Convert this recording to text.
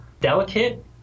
delicate